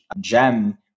Gem